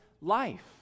life